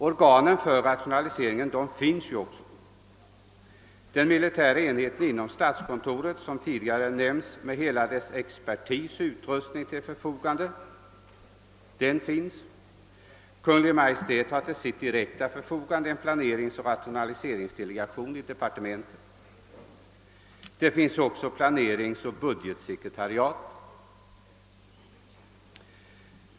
Organen för rationaliseringen finns också. Den militära enheten inom statskontoret, som tidigare nämnts, med hela den expertis och utrustning som står till dess förfogande, existerar ju redan. Kungl. Maj:t har till sitt direkta förfogande en planeringsoch rationaliseringsdelegation i departementet. Där finns också planeringsoch budgetsekretariat.